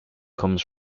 comes